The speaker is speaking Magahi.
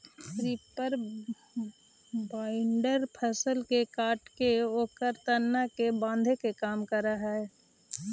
रीपर बाइन्डर फसल के काटके ओकर तना के बाँधे के काम करऽ हई